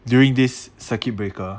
during this circuit breaker